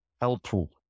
helpful